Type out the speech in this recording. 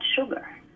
sugar